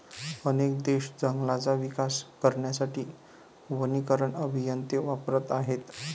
अनेक देश जंगलांचा विकास करण्यासाठी वनीकरण अभियंते वापरत आहेत